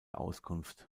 auskunft